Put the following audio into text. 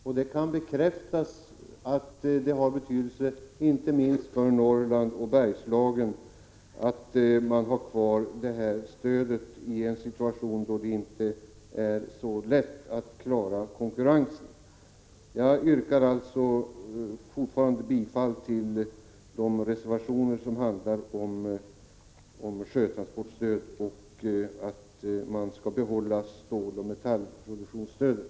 Det går att bekräfta att det är av stor betydelse, inte minst för Norrland och Bergslagen, att detta stöd finns kvar i en situation då det inte är så lätt att klara konkurrensen. Jag vill än en gång yrka bifall till de reservationer som handlar om sjötransportstöd och om ett bibehållande av ståloch metallproduktionsstödet.